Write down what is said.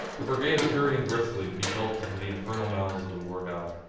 the brigade was hurrying briskly to be gulped into the infernal mouths of the war god.